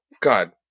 God